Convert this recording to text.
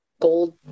gold